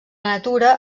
natura